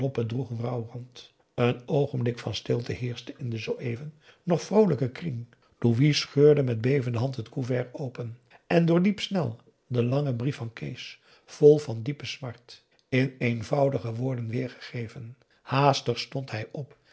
rouwrand een oogenblik van stilte heerschte in den zooeven nog vroolijken kring louis scheurde met bevende hand t couvert open en doorliep snel den langen brief van kees vol van diepe smart in eenvoudige woorden weêrgegeven haastig stond hij op